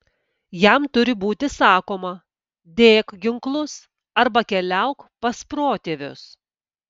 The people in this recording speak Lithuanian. jam turi būti sakoma dėk ginklus arba keliauk pas protėvius